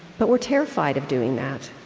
but we're terrified of doing that.